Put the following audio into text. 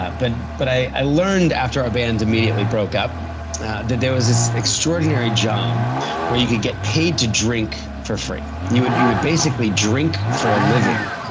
but, but i learned after our band immediately broke up that there was this extraordinary job where you could get paid to drink for free. you would you would basically drink for a living.